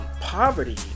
poverty